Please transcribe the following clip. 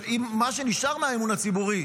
מה שנשאר מהאמון הציבורי,